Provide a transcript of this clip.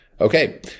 Okay